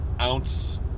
ounce